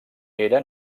era